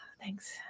Thanks